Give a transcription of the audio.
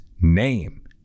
name